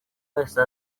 wese